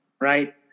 right